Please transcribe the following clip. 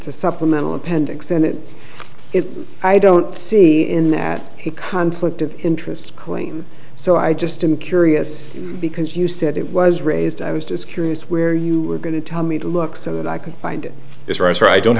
a supplemental appendix and it is i don't see in that conflict of interest claim so i just i'm curious because you said it was raised i was just curious where you were going to tell me to look so that i could find this right or i don't